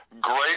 Great